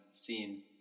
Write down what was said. seen